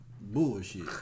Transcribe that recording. bullshit